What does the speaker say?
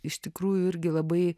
iš tikrųjų irgi labai